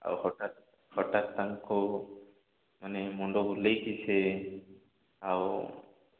ଆଉ ହଟାତ ତାଙ୍କୁ ମାନେ ମୁଣ୍ଡ ବୁଲେଇକି ସେ ଆଉ